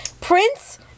Prince